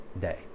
day